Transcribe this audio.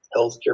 healthcare